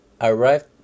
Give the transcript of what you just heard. arrived